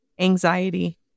anxiety